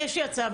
יש לי הצעה,